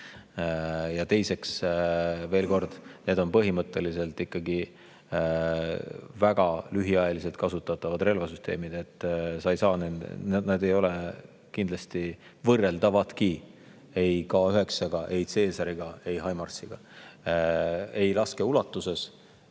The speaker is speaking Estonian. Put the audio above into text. Ja teiseks, veel kord, need on põhimõtteliselt ikkagi väga lühiajaliselt kasutatavad relvasüsteemid, need ei ole kindlasti võrreldavadki ei K9-ga, ei Caesariga, ei HIMARS-iga – ei laskeulatuse,